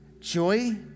joy